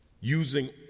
using